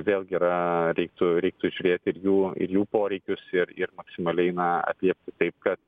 vėlgi yra reiktų reiktų žiūrėti ir jų ir jų poreikius ir ir maksimaliai na atliepti taip kad